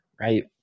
right